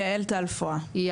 אוקיי.